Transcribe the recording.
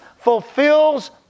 fulfills